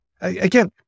again